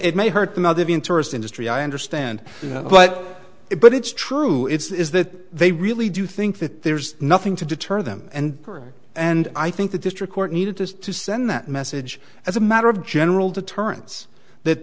it may hurt them out of interest industry i understand but it but it's true it is that they really do think that there's nothing to deter them and her and i think the district court needed just to send that message as a matter of general deterrence that